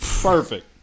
Perfect